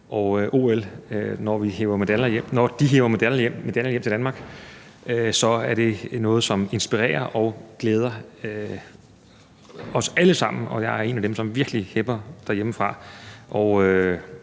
OL. Når de hiver medaljer hjem til Danmark, er det noget, som inspirerer og glæder os alle sammen, og jeg er en af dem, som virkelig hepper derhjemmefra,